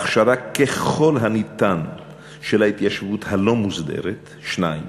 הכשרה ככל הניתן של ההתיישבות הלא-מוסדרת, השני,